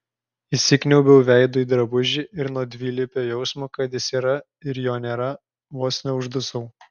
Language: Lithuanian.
įsikniaubiau veidu į drabužį ir nuo dvilypio jausmo kad jis yra ir jo nėra vos neuždusau